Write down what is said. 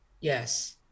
Yes